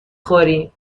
خوریم